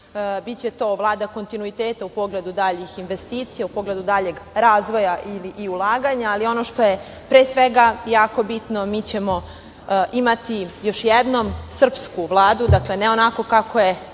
to Vlada kontinuiteta u pogledu daljih investicija, u pogledu daljeg razvoja i ulaganja, ali ono što pre svega jako bitno mi ćemo imati još jednom srpsku vladu, a ne onako kako je